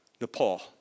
Nepal